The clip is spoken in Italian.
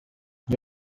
gli